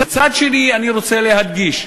מצד שני, אני רוצה להדגיש: